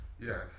Yes